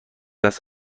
دست